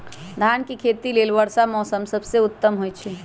धान के खेती लेल वर्षा मौसम सबसे उत्तम होई छै